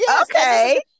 Okay